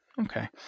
Okay